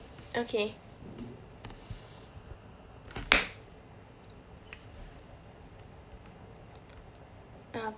okay um